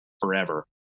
forever